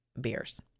beers